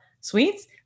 sweets